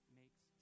makes